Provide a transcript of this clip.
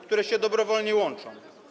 które się dobrowolnie łączą.